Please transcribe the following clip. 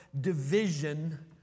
division